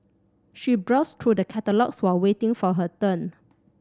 she browsed through the catalogues while waiting for her turn